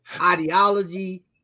ideology